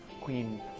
Queen